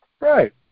Right